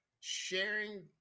sharing